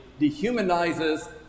dehumanizes